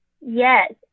Yes